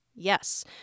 Yes